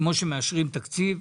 כמו שמאשרים תקציב.